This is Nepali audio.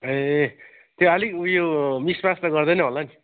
ए त्यो अलिक उयो मिसमास त गर्दैन होला नि